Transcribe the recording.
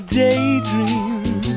daydream